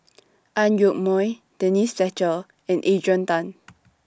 Ang Yoke Mooi Denise Fletcher and Adrian Tan